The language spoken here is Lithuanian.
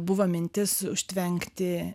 buvo mintis užtvenkti